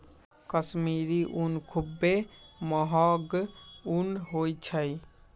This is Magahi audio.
कश्मीरी ऊन खुब्बे महग ऊन होइ छइ